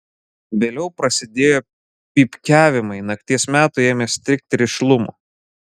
vėliau prasidėjo pypkiavimai nakties metui ėmė stigti rišlumo